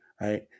right